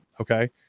okay